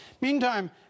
Meantime